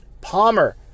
palmer